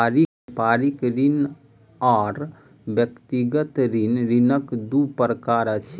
व्यापारिक ऋण आर व्यक्तिगत ऋण, ऋणक दू प्रकार अछि